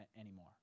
anymore